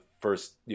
first